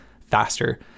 faster